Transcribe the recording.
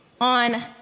on